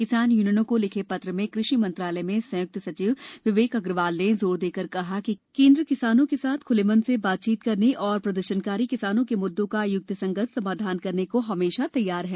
किसान यूनियनों को लिखे पत्र में कृषि मंत्रालय में संयुक्त सचिव विवेक अग्रवाल ने जोर देकर कहा है केन्द्र किसानों के साथ खुले मन से बातचीत करने और प्रदर्शनकारी किसानों के मुद्दों का युक्तिसंगत समाधान करने को हमेशा तैयार है